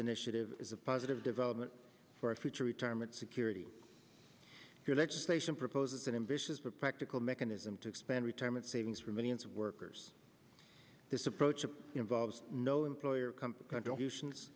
initiative is a positive development for future retirement security your legislation proposes an ambitious for practical mechanism to expand retirement savings for millions of workers this approach involves no employer company contributions